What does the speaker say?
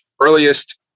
earliest